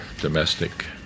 domestic